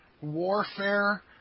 warfare